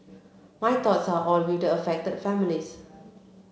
my thoughts are all built affected families